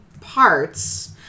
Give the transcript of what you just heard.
parts